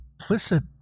Implicit